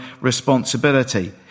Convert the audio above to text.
responsibility